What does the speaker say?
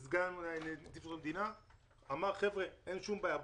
והוא אמר שאין שום בעיה,